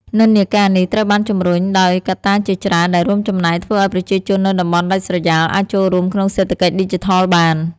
និន្នាការនេះត្រូវបានជំរុញដោយកត្តាជាច្រើន ដែលរួមចំណែកធ្វើឲ្យប្រជាជននៅតំបន់ដាច់ស្រយាលអាចចូលរួមក្នុងសេដ្ឋកិច្ចឌីជីថលបាន។